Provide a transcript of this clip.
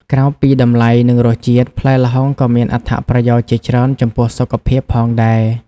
ក្រៅពីតម្លៃ និងរសជាតិ ផ្លែល្ហុងក៏មានអត្ថប្រយោជន៍ជាច្រើនចំពោះសុខភាពផងដែរ។